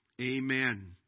Amen